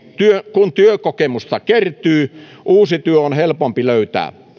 kun työkokemusta kertyy uusi työ on helpompi löytää